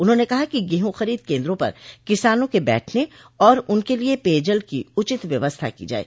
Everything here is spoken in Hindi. उन्होंने कहा कि गेहूं खरीद केन्द्रों पर किसानों के बैठने और उनके लिये पेय जल की उचित व्यवस्था की जाये